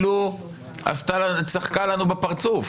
צחקה לנו בפרצוף.